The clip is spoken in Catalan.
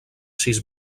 sis